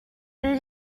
but